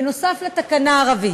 נוסף על התקנה הערבית.